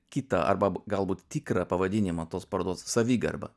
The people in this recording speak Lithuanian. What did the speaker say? kitą arba galbūt tikrą pavadinimą tos parodos savigarba